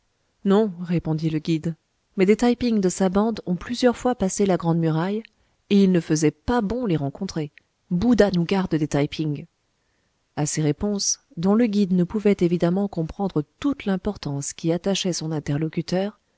non répondit le guide mais des taï ping de sa bande ont plusieurs fois passé la grande muraille et il ne faisait pas bon les rencontrer bouddha nous garde des taï ping a ces réponses dont le guide ne pouvait évidemment comprendre toute l'importance qu'y attachait son interlocuteur